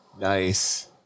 Nice